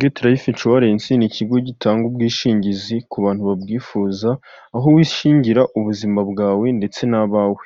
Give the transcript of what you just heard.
Geti lifu inshuwarensi ni ikigo gitanga ubwishingizi ku bantu babyifuza, aho wishingira ubuzima bwawe ndetse n'abawe,